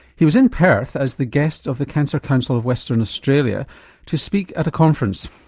he was in perth as the guest of the cancer council of western australia to speak at a conference.